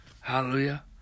Hallelujah